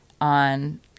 on